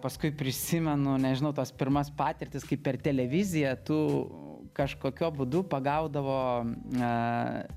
paskui prisimenu nežinau tos pirmas patirtis kai per televiziją tu kažkokiu būdu pagaudavo aaa